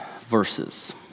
verses